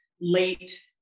late